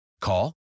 Call